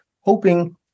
hoping